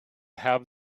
have